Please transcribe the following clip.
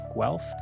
Guelph